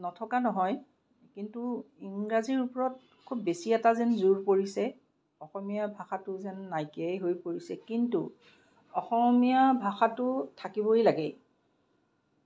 নথকা কিন্তু ইংৰাজীৰ ওপৰত খুব বেছি এটা যেন জোৰ পৰিছে অসমীয়া ভাষাটো যেন নাইকীয়াই হৈ পৰিছে কিন্তু অসমীয়া ভাষাটো থাকিবই লাগে